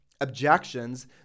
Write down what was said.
objections